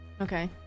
Okay